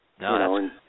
No